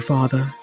Father